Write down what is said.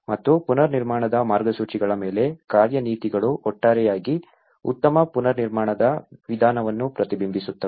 ಮತ್ತು ಪುನರ್ನಿರ್ಮಾಣದ ಮಾರ್ಗಸೂಚಿಗಳ ಮೇಲೆ ಕಾರ್ಯನೀತಿಗಳು ಒಟ್ಟಾರೆಯಾಗಿ ಉತ್ತಮ ಪುನರ್ನಿರ್ಮಾಣದ ವಿಧಾನವನ್ನು ಪ್ರತಿಬಿಂಬಿಸುತ್ತವೆ